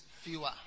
fewer